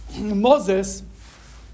Moses